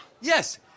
Yes